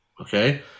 okay